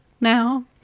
now